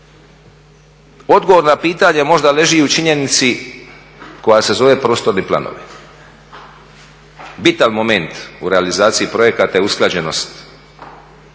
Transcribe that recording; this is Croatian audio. Odgovor na pitanje možda leži u činjenici koja se zove prostorni planovi. Bitan moment u realizaciji projekata je usklađenost